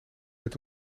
met